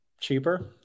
cheaper